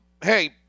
Hey